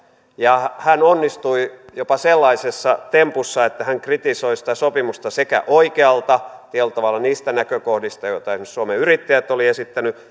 ja hän onnistui jopa sellaisessa tempussa että hän kritisoi sitä sopimusta sekä oikealta eli niistä näkökohdista joita esimerkiksi suomen yrittäjät oli